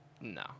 No